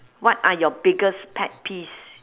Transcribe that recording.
what are your biggest pet peeves